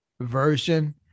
version